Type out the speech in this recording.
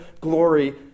glory